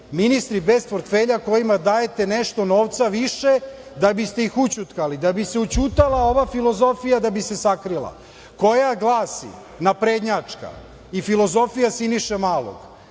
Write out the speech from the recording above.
ministri bez portfelja kojima dajete nešto novca više da biste ih ućutkali, da bi se ućutala ova filozofija, da bi se sakrila , koja glasi naprednjačka i filozofija Siniše Malog